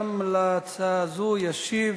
גם על ההצעה הזאת ישיב